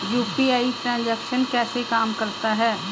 UPI transaction कैसे काम करता है?